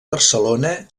barcelona